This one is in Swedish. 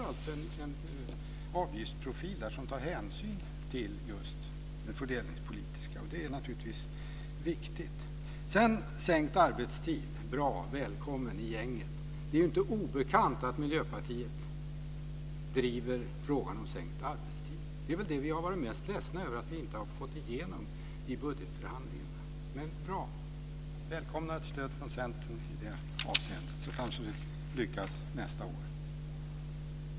Vi har en avgiftsprofil som tar hänsyn till just det fördelningspolitiska. Det är naturligtvis viktigt. Sedan till frågan om sänkt arbetstid. Bra! Välkommen i gänget! Det är inte obekant att Miljöpartiet driver frågan om sänkt arbetstid. Det är det vi har varit mest ledsna över att vi inte har fått igenom i budgetförhandlingarna. Vi välkomnar ett stöd från Centern i det sammanhanget, så kanske vi lyckas nästa år.